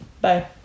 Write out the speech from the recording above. Bye